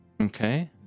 okay